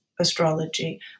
astrology